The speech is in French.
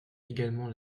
également